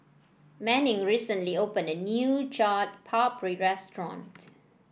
Manning recently opened a new Chaat Papri restaurant